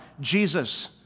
Jesus